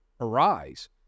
arise